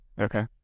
Okay